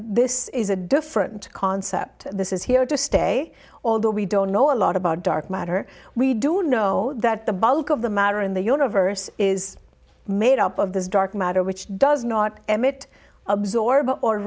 this is a different concept this is here to stay although we don't know a lot about dark matter we do know that the bulk of the matter in the universe is made up of this dark matter which does not emit absorb or